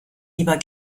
lieber